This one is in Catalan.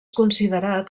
considerat